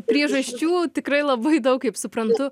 priežasčių tikrai labai daug kaip suprantu